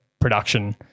production